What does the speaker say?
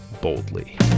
boldly